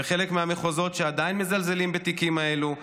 וחלק מהמחוזות עדיין מזלזלים בתיקים האלה.